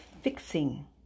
fixing